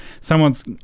someone's